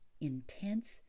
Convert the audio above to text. intense